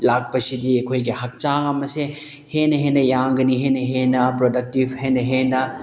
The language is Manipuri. ꯂꯥꯛꯄꯁꯤꯗꯤ ꯑꯩꯈꯣꯏꯒꯤ ꯍꯛꯆꯥꯡ ꯑꯃꯁꯦ ꯍꯦꯟꯅ ꯍꯦꯟꯅ ꯌꯥꯡꯒꯅꯤ ꯍꯦꯟꯅ ꯍꯦꯟꯅ ꯄ꯭ꯔꯗꯛꯇꯤꯞ ꯍꯦꯟꯅ ꯍꯦꯟꯅ